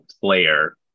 player